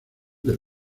del